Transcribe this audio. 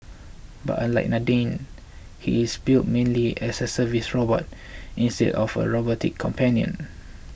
but unlike Nadine he is built mainly as a service robot instead of a robotic companion